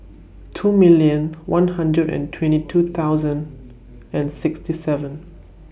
two million one hundred and twenty two thousand and sixty seven